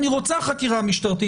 אני רוצה חקירה משטרתית.